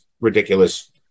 ridiculous